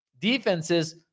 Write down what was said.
defenses